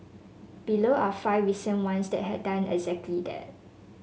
below are five recent ones that have done exactly that